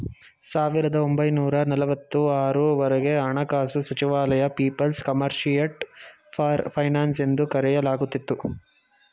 ಸಾವಿರದ ಒಂಬೈನೂರ ನಲವತ್ತು ಆರು ವರೆಗೆ ಹಣಕಾಸು ಸಚಿವಾಲಯ ಪೀಪಲ್ಸ್ ಕಮಿಷರಿಯಟ್ ಫಾರ್ ಫೈನಾನ್ಸ್ ಎಂದು ಕರೆಯಲಾಗುತ್ತಿತ್ತು